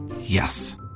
Yes